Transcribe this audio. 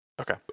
Okay